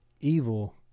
evil